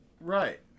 Right